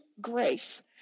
Grace